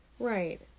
Right